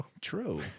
True